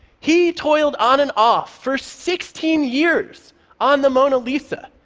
he toiled on and off for sixteen years on the mona lisa.